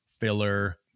filler